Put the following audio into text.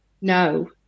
No